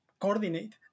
coordinate